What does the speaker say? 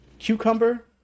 Cucumber